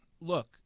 look